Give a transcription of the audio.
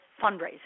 fundraising